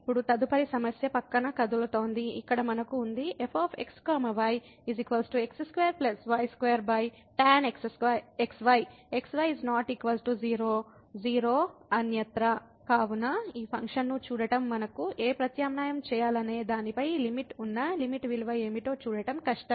ఇక్కడ మనకు ఉంది f x y x2 y2tan xy xy ≠ 0 0 అన్యత్రా కాబట్టి ఈ ఫంక్షన్ను చూడటం మనం ఏ ప్రత్యామ్నాయం చేయాలనే దానిపై లిమిట్ ఉన్న లిమిట్ విలువ ఏమిటో చూడటం కష్టం